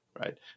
Right